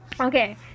Okay